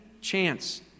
chance